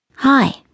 Hi